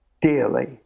dearly